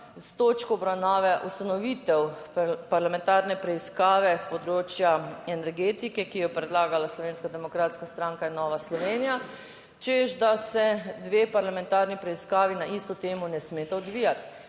s točko obravnave ustanovitev parlamentarne preiskave s področja energetike, ki jo je predlagala Slovenska demokratska stranka in Nova Slovenija, češ da se dve parlamentarni preiskavi na isto temo ne smeta odvijati.